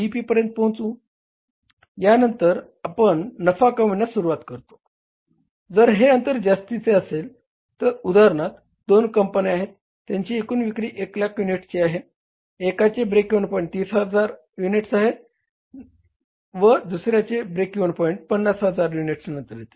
P पर्यंत पोहांचू शकतो यानंतर आपण नफा कमविण्यास सुरुवात करतो जर हे अंतर जास्तीचे असेल उदाहरणार्थ दोन कंपन्या आहेत त्यांची एकूण विक्री 100000 युनिट्सची आहे एकाचे ब्रेक इव्हन पॉईंट 30000 युनिट नंतर येते व दुसऱ्याचे ब्रेक इव्हन पॉईंट 50000 युनिट नंतर येते